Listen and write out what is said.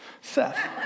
Seth